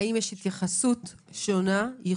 השאלה היא האם יש התייחסות שונה וייחודית